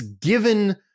given